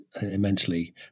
immensely